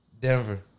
Denver